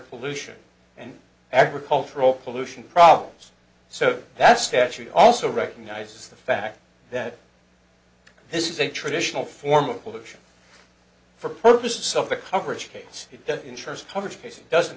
pollution and agricultural pollution problems so that statute also recognizes the fact that this is a traditional form of pollution for purposes of the coverage case it ensures coverage case it doesn't